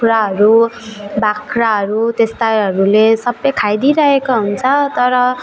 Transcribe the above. कुखुराहरू बाख्राहरू त्यस्ताहरूले सबै खाइदिइरहेको हुन्छ तर